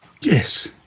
Yes